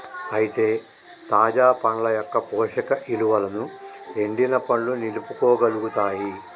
అయితే తాజా పండ్ల యొక్క పోషక ఇలువలను ఎండిన పండ్లు నిలుపుకోగలుగుతాయి